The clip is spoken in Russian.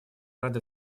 рады